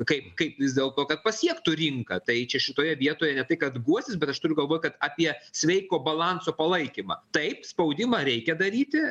kaip kaip vis dėlto kad pasiektų rinką tai čia šitoje vietoje ne tai kad guostis bet aš turiu galvoj kad apie sveiko balanso palaikymą taip spaudimą reikia daryti